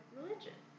religion